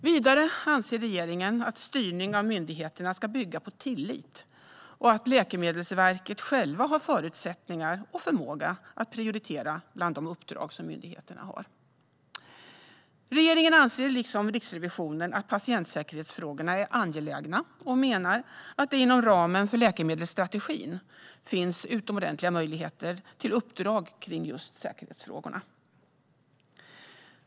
Vidare anser regeringen att styrning av myndigheterna ska bygga på tillit och att Läkemedelsverket självt har förutsättningar och förmåga att prioritera bland de uppdrag myndigheten har. Regeringen anser liksom Riksrevisionen att patientsäkerhetsfrågorna är angelägna och menar att det inom ramen för läkemedelsstrategin finns utomordentliga möjligheter till uppdrag kring just säkerhetsfrågorna.